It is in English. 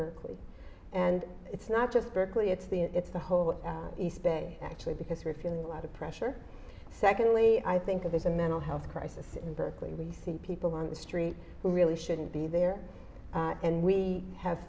berkeley and it's not just berkeley it's the it's the whole east bay actually because we're feeling a lot of pressure secondly i think there's a mental health crisis in berkeley we see people on the street who really shouldn't be there and we have